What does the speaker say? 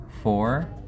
four